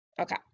Okay